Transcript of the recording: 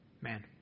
man